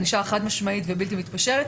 ענישה חד משמעית ובלתי מתפשרת.